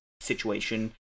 situation